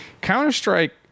Counter-Strike